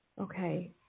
Okay